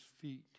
feet